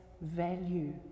value